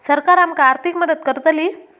सरकार आमका आर्थिक मदत करतली?